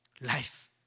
Life